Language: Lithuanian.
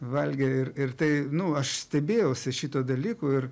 valgė ir ir tai nu aš stebėjausi šituo dalyku ir